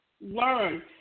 Learn